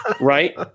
Right